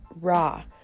raw